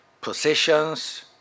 positions